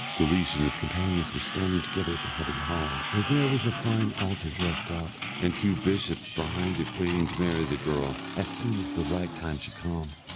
guleesh and his companions were standing together at the head of the hall, where there was a fine altar dressed up, and two bishops behind it waiting to marry the girl, as soon as the right time should come.